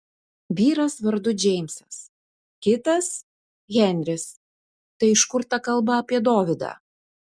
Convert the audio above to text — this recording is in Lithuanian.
vyras vardu džeimsas kitas henris tai iš kur ta kalba apie dovydą